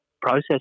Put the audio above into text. processing